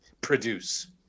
produce